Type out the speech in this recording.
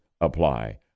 apply